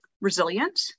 resilient